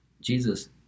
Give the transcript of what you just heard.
Jesus